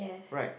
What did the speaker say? right